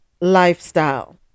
Lifestyle